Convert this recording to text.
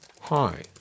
Hi